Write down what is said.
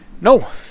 no